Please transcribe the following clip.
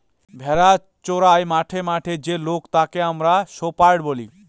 ভেড়া চোরাই মাঠে মাঠে যে লোক তাকে আমরা শেপার্ড বলি